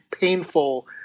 painful